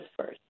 first